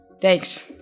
Thanks